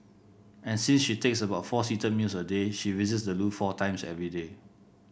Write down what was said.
and since she takes about four seated meals a day she visits the loo four times every day